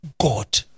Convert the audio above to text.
God